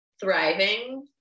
thriving